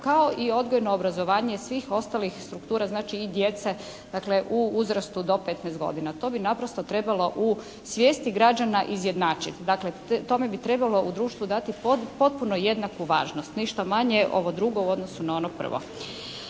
kao i odgojno obrazovanje svih ostalih struktura znači i djece, dakle, u uzrastu do 15 godina. To bi naprosto trebalo u svijesti građana izjednačiti. Dakle, tome bi trebalo u društvu dati potpuno jednaku važnost, ništa manje ovo drugo i odnosu na ono prvo.